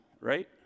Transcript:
right